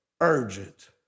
urgent